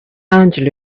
angela